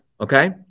okay